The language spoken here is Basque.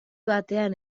batean